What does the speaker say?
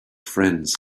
friends